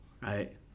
right